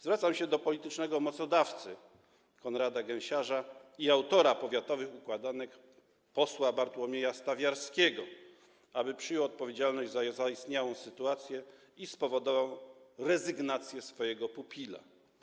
Zwracam się do politycznego mocodawcy Konrada Gęsiarza i autora powiatowych układanek posła Bartłomieja Stawiarskiego, aby przyjął odpowiedzialność za zaistniałą sytuację i spowodował rezygnację swojego pupila.